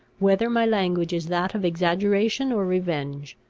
whether my language is that of exaggeration or revenge.